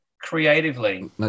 Creatively